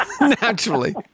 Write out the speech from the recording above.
naturally